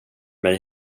mig